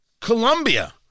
Colombia